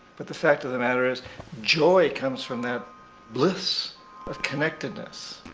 but the fact of the matter is joy comes from that bliss of connectedness.